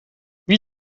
wie